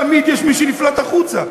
תמיד יש מי שנפלט החוצה,